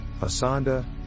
Asanda